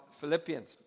Philippians